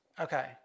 Okay